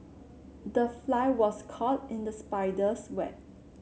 the fly was caught in the spider's web